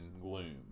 gloom